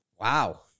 Wow